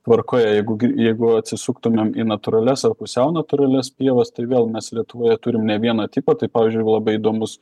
tvarkoje jeigu jeigu atsisuktumėm į natūralias ar pusiau natūralias pievas tai vėl mes lietuvoje turim ne vieną tipą tai pavyzdžiui labai įdomus